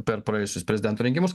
per praėjusius prezidento rinkimus